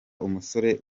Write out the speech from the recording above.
umusore